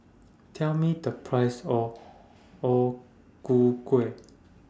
Tell Me The Price of O Ku Kueh